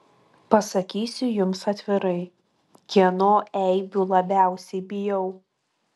pasakysiu jums atvirai kieno eibių labiausiai bijau